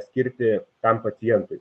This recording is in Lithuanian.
skirti tam pacientui